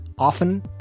Often